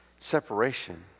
separation